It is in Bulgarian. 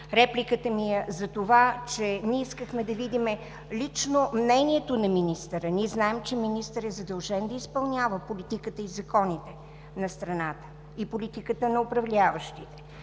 Репликата ми е за това, че искахме да видим лично мнението на министъра. Знаем, че министърът е задължен да изпълнява политиката и законите на страната и политиката на управляващите.